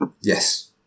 Yes